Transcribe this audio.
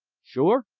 sure?